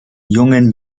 jungen